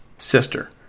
sister